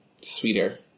sweeter